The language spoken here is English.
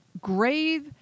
Grave